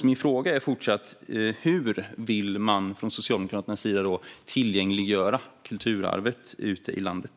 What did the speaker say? Min fråga är därför: Hur vill Socialdemokraterna tillgängliggöra kulturarvet ute i landet?